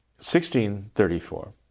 1634